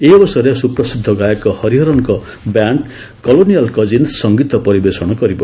ଏହି ଅବସରରେ ସୁପ୍ରସିଦ୍ଧ ଗାୟକ ହରିହରନ୍ଙ୍କ ବ୍ୟାଣ୍ଡ୍ କଲୋନିଆଲ୍ କଜିନ୍ସ୍ ସଙ୍ଗୀତ ପରିବେଷଣ କରିବ